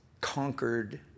conquered